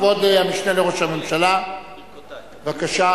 כבוד המשנה לראשד הממשלה, בבקשה.